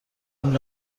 این